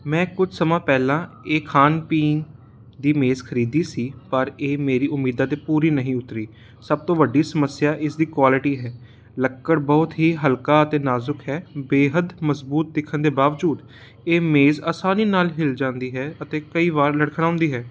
ਮੈਂ ਕੁਛ ਸਮਾਂ ਪਹਿਲਾਂ ਇਹ ਖਾਣ ਪੀਣ ਦੀ ਮੇਜ਼ ਖਰੀਦੀ ਸੀ ਪਰ ਇਹ ਮੇਰੀ ਉਮੀਦਾਂ 'ਤੇ ਪੂਰੀ ਨਹੀਂ ਉਤਰੀ ਸਭ ਤੋਂ ਵੱਡੀ ਸਮੱਸਿਆ ਇਸਦੀ ਕੁਆਲਿਟੀ ਹੈ ਲੱਕੜ ਬਹੁਤ ਹੀ ਹਲਕਾ ਅਤੇ ਨਾਜ਼ੁਕ ਹੈ ਬੇਹੱਦ ਮਜ਼ਬੂਤ ਦਿਖਣ ਦੇ ਬਾਵਜੂਦ ਇਹ ਮੇਜ਼ ਆਸਾਨੀ ਨਾਲ ਹਿਲ ਜਾਂਦੀ ਹੈ ਅਤੇ ਕਈ ਵਾਰ ਲੜਖੜਾਉਂਦੀ ਹੈ